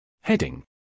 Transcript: Heading